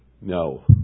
No